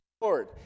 Lord